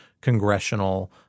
congressional –